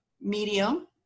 medium